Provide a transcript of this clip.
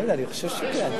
אני לא יודע, אני חושב שכן.